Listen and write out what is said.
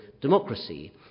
democracy